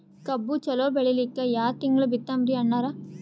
ಕಬ್ಬು ಚಲೋ ಬೆಳಿಲಿಕ್ಕಿ ಯಾ ತಿಂಗಳ ಬಿತ್ತಮ್ರೀ ಅಣ್ಣಾರ?